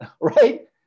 right